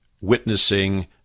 witnessing